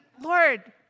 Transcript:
Lord